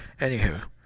Anywho